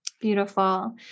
Beautiful